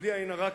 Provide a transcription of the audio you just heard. בלי עין הרע,